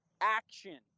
action